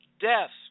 deaths